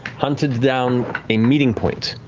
hunted down a meeting point,